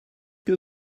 que